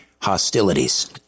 hostilities